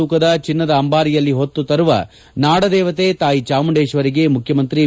ತೂಕದ ಚಿನ್ನದ ಅಂಬಾರಿಯಲ್ಲಿ ಹೊತ್ತು ತರುವ ನಾದ ದೇವತೆ ತಾಯಿ ಚಾಮುಂಡೇಶ್ವರಿಗೆ ಮುಖ್ಯಮಂತ್ರಿ ಬಿ